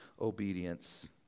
obedience